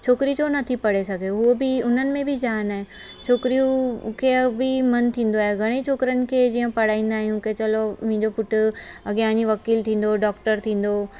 छोकिरी छो नथी पढ़ी सघे उहो बि उन्हनि में बि जान आहे छोकिरियूं खे बि मन थींदो आहे घणेई छोकिरिन के जीअं पढ़ाईंदा आहियूं के चलो मुंहिंजो पुटु अॻियां वञी वकील थींदो डॉक्टर थींदो